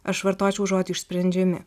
aš vartočiau žodį išsprendžiami